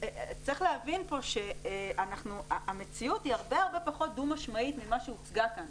צריך להבין פה שהמציאות היא הרבה הרבה פחות דו-משמעית ממה שהוצגה כאן.